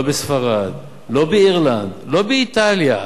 לא בספרד, לא באירלנד, לא באיטליה,